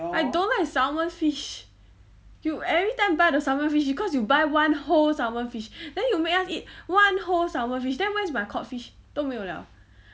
I don't like salmon fish you every time buy the salmon fish you cause you buy one whole salmon fish then you make us eat one whole salmon fish then where's my cod fish 都没有 liao